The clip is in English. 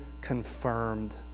confirmed